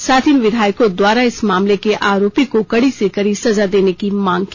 साथ ही इन विधायकों द्वारा इस मामले के आरोपी को कड़ी से कड़ी सजा देने की मांग की